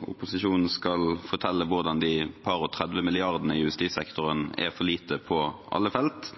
opposisjonen skal fortelle hvordan de par og tredve milliardene i justissektoren er for lite på alle felt,